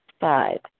Five